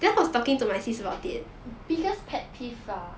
biggest pet peeve ah